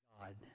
God